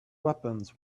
weapons